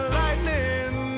lightning